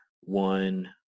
one